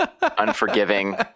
unforgiving